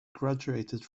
graduated